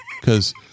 because-